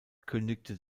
kündigte